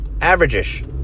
Average-ish